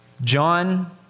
John